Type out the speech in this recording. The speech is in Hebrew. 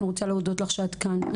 אני רוצה להודות לך שאת כאן.